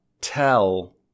tell